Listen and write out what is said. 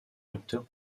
acteur